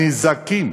הנזקים,